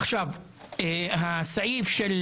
עכשיו, הסעיף של